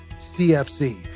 C-F-C